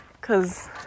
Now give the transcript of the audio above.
Cause